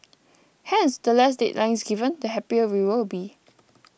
hence the less deadlines given the happier we will be